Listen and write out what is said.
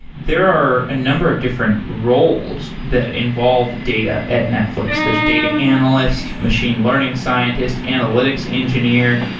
there are a number of different roles that involve data at netflix. there's data analyst, machine learning scientist, analytics engineer.